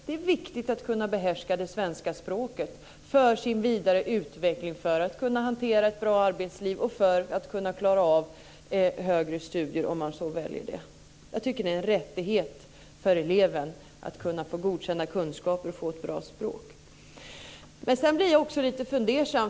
Det är viktigt att kunna behärska svenska språket. Detta är viktigt för den egna vidareutvecklingen och för att kunna hantera ett bra arbetsliv och klara av högre studier om man så väljer. Jag tycker att det är en rättighet för eleven att kunna få godkända kunskaper och ett bra språk. Men jag blir också lite fundersam.